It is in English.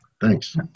Thanks